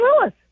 Lewis